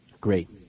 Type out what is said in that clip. Great